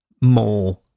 more